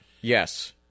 Yes